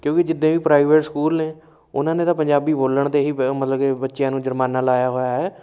ਕਿਉਂਕਿ ਜਿੰਨੇ ਵੀ ਪ੍ਰਾਈਵੇਟ ਸਕੂਲ ਨੇ ਉਹਨਾਂ ਨੇ ਤਾਂ ਪੰਜਾਬੀ ਬੋਲਣ 'ਤੇ ਹੀ ਵ ਮਤਲਬ ਕਿ ਬੱਚਿਆਂ ਨੂੰ ਜੁਰਮਾਨਾ ਲਾਇਆ ਹੋਇਆ ਹੈ